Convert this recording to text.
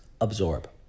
Absorb